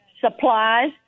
supplies